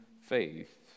faith